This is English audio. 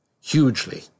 hugely